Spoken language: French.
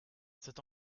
cet